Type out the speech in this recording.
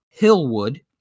Hillwood